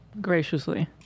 Graciously